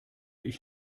ich